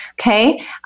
Okay